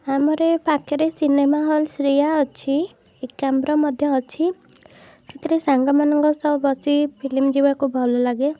ଆମର ଏ ପାଖରେ ସିନେମା ହଲ୍ ଶ୍ରୀୟା ଅଛି ଏକାମ୍ର ମଧ୍ୟ ଅଛି ସେଥିରେ ସାଙ୍ଗମାନଙ୍କ ସହ ବସି ଫିଲିମ୍ ଯିବାକୁ ଭଲଲାଗେ